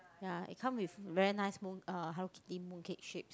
ya it come with very nice moon uh Hello-Kitty mooncake shapes